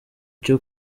cya